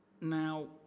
now